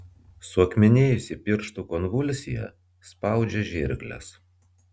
suakmenėjusi pirštų konvulsija spaudžia žirkles